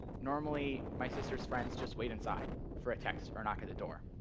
normally, my sister's friends just wait inside for a text or knock at the door.